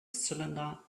cylinder